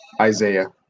Isaiah